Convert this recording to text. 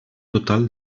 total